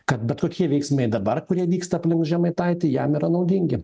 kad bet kokie veiksmai dabar kurie vyksta aplink žemaitaitį jam yra naudingi